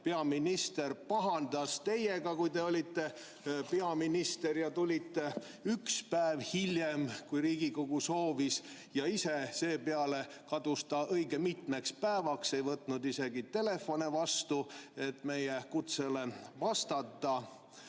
peaminister pahandas teiega, kui te olite peaminister ja tulite üks päev hiljem, kui Riigikogu soovis. Ise ta kadus selle [palve] peale õige mitmeks päevaks, ei võtnud isegi telefoni vastu, et meie kutsele vastata.